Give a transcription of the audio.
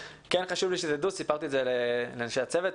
כן חשוב לי שתדעו סיפרתי את זה לאנשי הצוות של הוועדה,